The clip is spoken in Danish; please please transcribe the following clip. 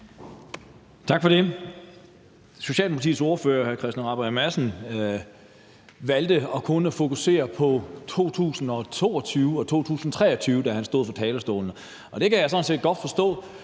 Tak for det. Socialdemokratiets ordfører hr. Christian Rabjerg Madsen valgte kun at fokusere på 2022 og 2023, da han stod på talerstolen, og det kan jeg sådan set